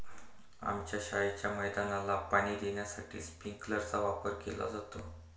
आमच्या शाळेच्या मैदानाला पाणी देण्यासाठी स्प्रिंकलर चा वापर केला जातो